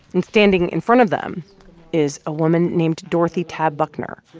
and standing in front of them is a woman named dorothy tabb bucknor.